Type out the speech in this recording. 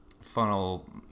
funnel